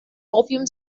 opium